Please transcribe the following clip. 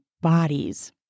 bodies